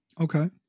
Okay